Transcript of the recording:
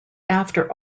after